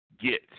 get